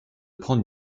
prendre